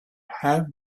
have